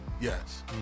Yes